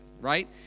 right